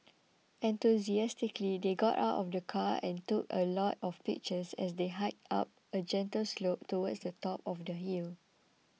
enthusiastically they got out of the car and took a lot of pictures as they hiked up a gentle slope towards the top of the hill